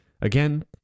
Again